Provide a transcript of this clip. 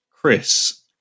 Chris